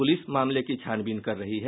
police मामले की छानबीन कर रही है